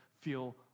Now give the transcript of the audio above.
feel